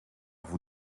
vous